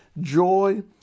joy